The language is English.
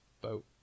boat